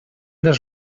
dels